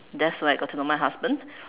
just like I told my husband